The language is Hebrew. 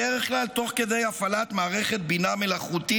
בדרך כלל תוך כדי הפעלת מערכת בינה מלאכותית,